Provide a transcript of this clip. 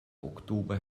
oktober